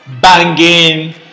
banging